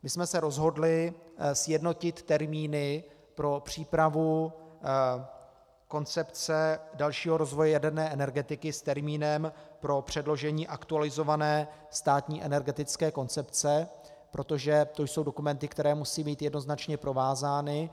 My jsme se rozhodli sjednotit termíny pro přípravu koncepce dalšího rozvoje jaderné energetiky s termínem pro předložení aktualizované státní energetické koncepce, protože to jsou dokumenty, které musí být jednoznačně provázány.